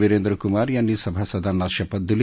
विरेंद्र कुमार यांनी सभासदांना शपथ दिली